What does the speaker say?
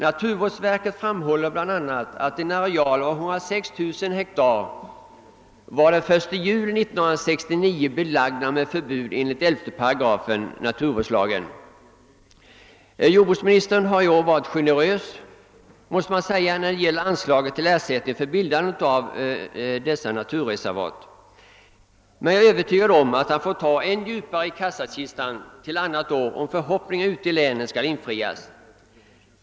Naturvårdsverket framhåller bl.a. att en areal av 106 000 hektar var den 1 juli 1969 belagd med förbud enligt 11 8 naturvårdslagen. Jordbruksministern har i år varit generös när det gäller anslaget till ersättning för bildande av naturreservat m.m. Men jag är övertygad om att han får ta än djupare tag i kassakistan till ett annat år om förhoppningarna ute i länen skall kunna infrias.